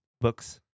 books